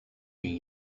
been